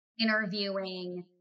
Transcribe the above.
interviewing